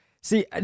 See